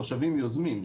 תושבים יוזמים,